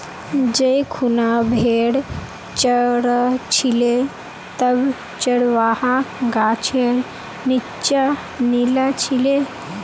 जै खूना भेड़ च र छिले तब चरवाहा गाछेर नीच्चा नीना छिले